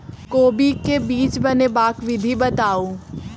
कोबी केँ बीज बनेबाक विधि बताऊ?